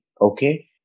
Okay